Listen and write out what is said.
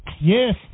Yes